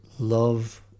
Love